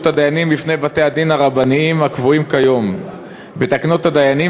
הדיינים לבתי-הדין הרבניים הקבועה היום בתקנות הדיינים,